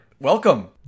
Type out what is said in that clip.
welcome